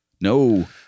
No